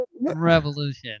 Revolution